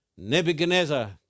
Nebuchadnezzar